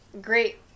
great